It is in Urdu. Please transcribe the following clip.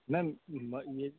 میم یہ